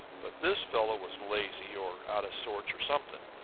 but this fellow was lazy or out of sorts or something,